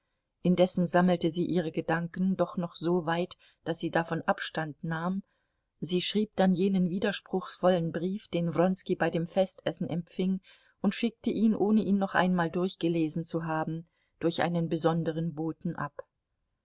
indessen sammelte sie ihre gedanken doch noch so weit daß sie davon abstand nahm sie schrieb dann jenen widerspruchsvollen brief den wronski bei dem festessen empfing und schickte ihn ohne ihn noch einmal durchgelesen zu haben durch einen besonderen boten ab